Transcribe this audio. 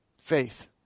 faith